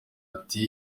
ati